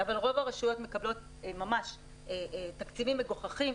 אבל רוב הרשויות מקבלות ממש תקציבים מגוחכים,